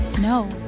No